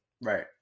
Right